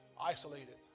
isolated